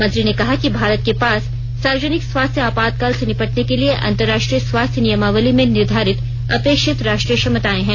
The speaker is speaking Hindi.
मंत्री ने कहा कि भारत के पास सार्वजनिक स्वास्थ्य आपातकाल से निपटने के लिए अंतर्राष्ट्रीय स्वास्थ्य नियमावली में निर्धारित अपेक्षित राष्ट्रीय क्षमताएं हैं